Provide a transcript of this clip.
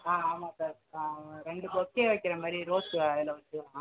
ஆ ஆமாம் சார் ரெண்டு பொக்கே வைக்கிற மாரி ரோஸில் எவ்வளோங்க சார் வேணும்